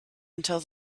until